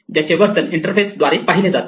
ज्याचे वर्तन इंटरफेस द्वारे पाहिले जाते